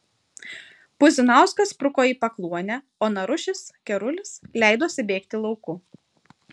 puzinauskas spruko į pakluonę o narušis kerulis leidosi bėgti lauku